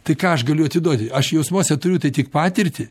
tai ką aš galiu atiduoti aš jausmuose turiu tai tik patirtį